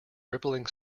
rippling